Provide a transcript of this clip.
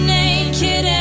naked